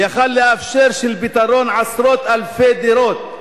והיה יכול לאפשר פתרון, עשרות אלפי דירות,